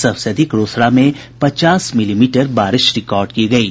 सबसे अधिक रोसड़ा में पचास मिलीमीटर बारिश रिकॉर्ड की गयी